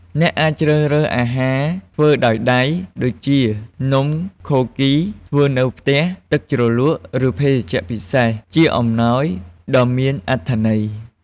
អ្នកអាចជ្រើសរើសអាហារធ្វើដោយដៃ ដូចជា នំខូឃីធ្វើនៅផ្ទះ ទឹកជ្រលក់ ឬភេសជ្ជៈពិសេស ជាអំណោយដ៏មានអត្ថន័យ។